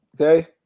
Okay